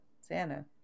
santa